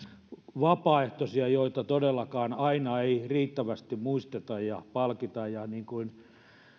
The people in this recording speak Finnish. vapaaehtoisia joita todellakaan aina ei riittävästi muisteta ja palkita niin kuin